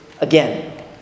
again